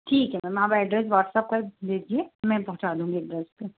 ठीक है मैम आप एड्रेस व्हाट्सएप कर दीजिए मैं पहुँचा दूँगी एड्रेस पर